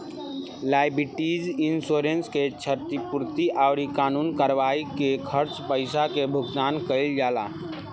liability insurance से क्षतिपूर्ति अउरी कानूनी कार्यवाई में खर्च पईसा के भुगतान कईल जाला